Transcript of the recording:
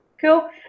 cool